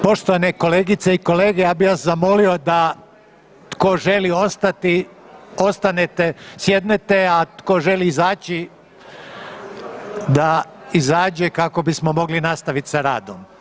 Poštovane kolegice i kolege ja bi vas zamolio da tko želi ostati ostanete, sjednete, a tko želi izaći da izađe kako bismo mogli nastaviti sa radom.